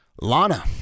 Lana